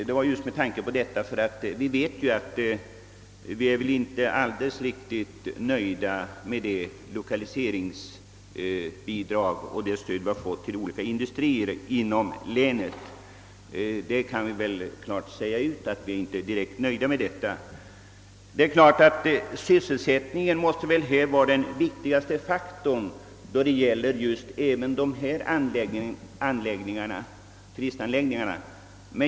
Vi är näm ligen inte helt nöjda med den industrilokalisering vi fått inom länet. Sysselsättningen måste givetvis vara den viktigaste faktorn även när det gäller turistanläggningarna.